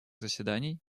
заседаний